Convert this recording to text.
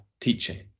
teaching